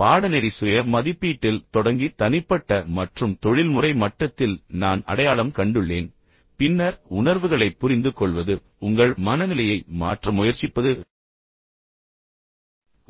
பாடநெறி சுய மதிப்பீட்டில் தொடங்கி தனிப்பட்ட மற்றும் தொழில்முறை மட்டத்தில் நான் அடையாளம் கண்டுள்ளேன் பின்னர் உணர்வுகளைப் புரிந்துகொள்வது உங்கள் மனநிலையை மாற்ற முயற்சிப்பது